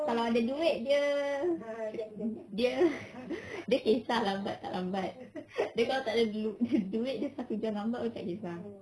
kalau ada duit dia dia dia kisah lambat tak lambat dia kalau takde duit dia satu jam lambat pun tak kisah